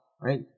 right